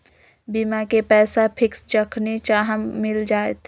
बीमा के पैसा फिक्स जखनि चाहम मिल जाएत?